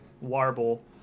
warble